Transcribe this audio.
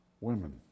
women